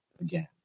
again